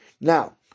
Now